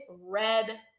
red